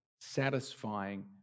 satisfying